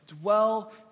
dwell